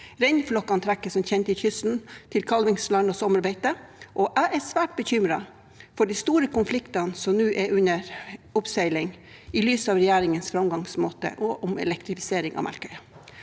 Reinflokkene trekker som kjent til kysten, til kalvingsland og sommerbeite, og jeg er svært bekymret for de store konfliktene som nå er under oppseiling, i lys av regjeringens framgangsmåte når det gjelder elektrifisering av Melkøya.